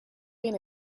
been